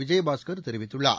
விஜயபாஸ்கர் தெரிவித்துள்ளார்